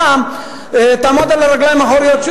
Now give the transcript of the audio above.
הפעם תעמוד על הרגליים האחוריות,